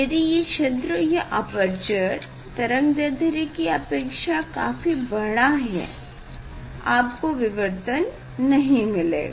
यदि ये छिद्र या अपरचर तरंगदैढ्र्य की अपेक्षा काफी बड़ा है आपको विवर्तन नहीं मिलेगा